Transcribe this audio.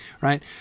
right